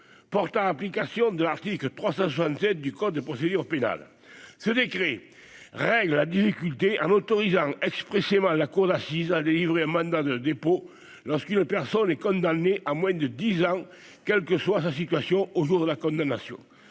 portant application de l'article 367 du code de procédure pénale, ce décret règle la difficulté en autorisant expressément la cour d'assises a délivré un mandat de dépôt lorsqu'il personne est condamnée à moins de 10 ans quelle que soit sa situation au jour de la condamnation,